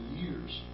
years